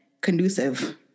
conducive